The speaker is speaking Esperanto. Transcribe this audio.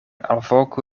alvoku